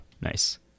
Nice